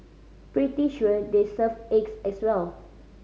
pretty sure they serve eggs as well